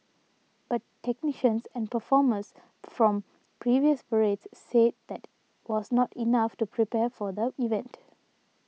but technicians and performers from previous parades said that was not enough to prepare for the event